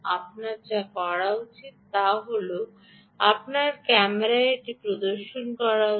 আপনার যা করা উচিত তা হল আপনার ক্যামেরায় এটি প্রদর্শন করা উচিত